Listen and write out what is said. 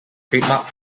trademark